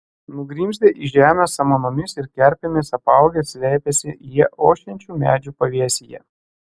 nugrimzdę į žemę samanomis ir kerpėmis apaugę slėpėsi jie ošiančių medžių pavėsyje